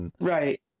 Right